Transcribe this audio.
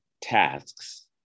tasks